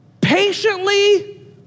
patiently